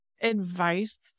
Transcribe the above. advice